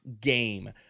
game